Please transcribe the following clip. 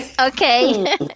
okay